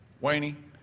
Wayne